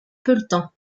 pelletan